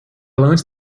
lunch